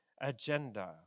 agenda